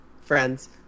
friends